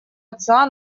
отца